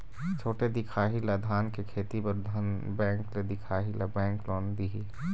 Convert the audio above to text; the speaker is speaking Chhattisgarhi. छोटे दिखाही ला धान के खेती बर धन बैंक ले दिखाही ला बैंक लोन दिही?